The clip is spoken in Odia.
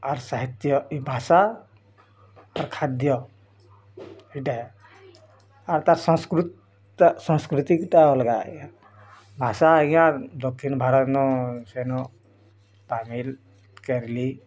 ଆର୍ ସାହିତ୍ୟ ଇ ଭାଷା ଓ ଖାଦ୍ୟ ଏଇଟା ଆର୍ ତାର୍ ସାଂସ୍କୃତ୍ ଟା ସଂସ୍କୃତିକଟା ଅଲଗା ଭାଷା ଆଜ୍ଞା ଦକ୍ଷିଣଭାରତନୁ ସେନୁ ତାମିଲ୍ କେର୍ଲି